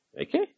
Okay